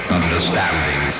understanding